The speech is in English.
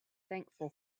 thankful